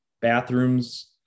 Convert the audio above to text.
bathrooms